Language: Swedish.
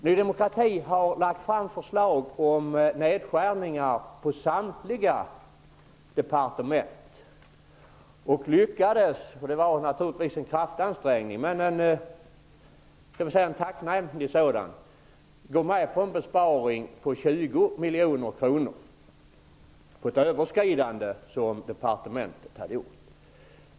Ny demokrati har lagt fram förslag om nedskärningar på samtliga departement och lyckades -- det var naturligtvis en kraftansträngning -- gå med på en besparing på 20 miljoner kronor på ett överskridande som departementet hade gjort.